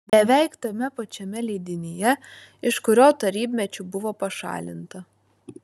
beveik tame pačiame leidinyje iš kurio tarybmečiu buvo pašalinta